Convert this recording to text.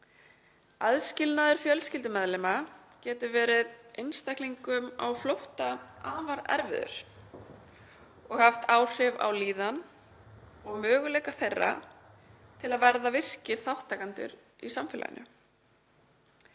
Aðskilnaður fjölskyldumeðlima geti verið einstaklingum á flótta afar erfiður og haft áhrif á líðan og möguleika þeirra til að verða virkir þátttakendur í samfélaginu.